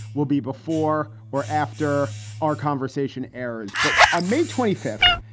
will be before or after our conversation errors. but on may twenty fifth,